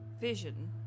vision